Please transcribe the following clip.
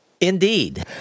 Indeed